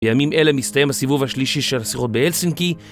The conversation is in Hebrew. בימים אלה מסתיים הסיבוב השלישי של השיחות בהלסינקי.